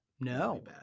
No